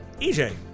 EJ